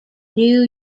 new